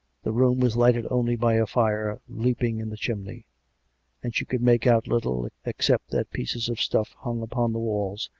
the room was lighted only by a fire leaping in the chimney and she could make out little, except that pieces of stuff hung upon the walls,